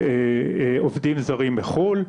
של עובדים זרים בחו"ל,